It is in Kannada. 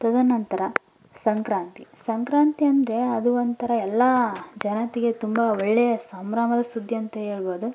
ತದನಂತರ ಸಂಕ್ರಾಂತಿ ಸಂಕ್ರಾಂತಿ ಅಂದರೆ ಅದು ಒಂಥರ ಎಲ್ಲ ಜನತೆಗೆ ತುಂಬ ಒಳ್ಳೆಯ ಸಂಭ್ರಮದ ಸುದ್ದಿ ಅಂತ ಹೇಳ್ಬೋದು